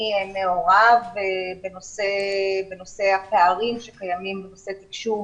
מעורב בנושא הפערים שקיימים בתקשוב,